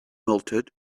melted